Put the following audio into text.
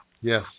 Yes